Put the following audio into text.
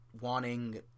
wanting